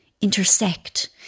intersect